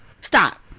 stop